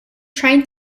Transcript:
trying